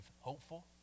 hopeful